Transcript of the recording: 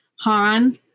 Han